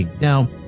Now